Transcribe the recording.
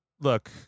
look